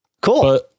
cool